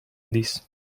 this